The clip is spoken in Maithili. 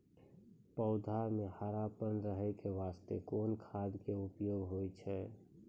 पौधा म हरापन रहै के बास्ते कोन खाद के उपयोग होय छै?